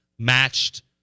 Matched